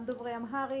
גם דוברי אמהרית,